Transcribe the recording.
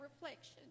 reflection